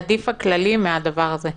עדיף הכללי מהדבר הזה.